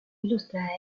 ilustrada